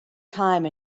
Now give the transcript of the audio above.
time